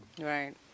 Right